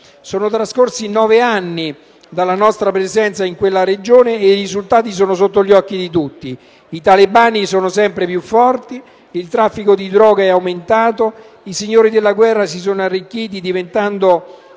Sono trascorsi nove anni dalla nostra presenza in quella regione e i risultati sono sotto gli occhi di tutti: i talebani sono sempre più forti, il traffico di droga è aumentato, i signori della guerra si sono arricchiti, dando